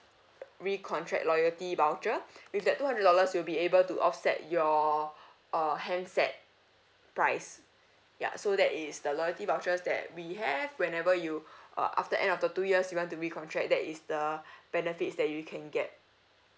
recontract loyalty voucher with that two hundred dollars you'll be able to offset your uh handset price ya so that is the loyalty vouchers that we have whenever you uh after end of the two years you want to recontract that is the benefits that you can get